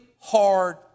hard